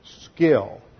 skill